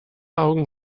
augen